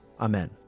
Amen